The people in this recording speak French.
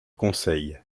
conseil